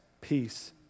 Peace